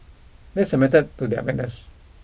there is a method to their madness